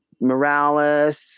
Morales